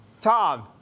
Tom